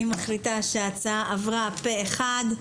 הצבעה אושר אני מחליטה שההצעה עברה פה אחד.